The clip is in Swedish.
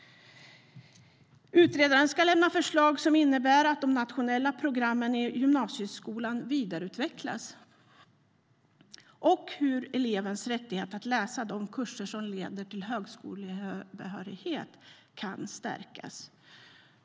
Utredaren ska lämna förslag som innebär att de nationella programmen i gymnasieskolan vidareutvecklas och titta på hur elevens rättighet att läsa de kurser som leder till högskolebehörighet kan stärkas.